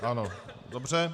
Ano, dobře.